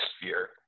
sphere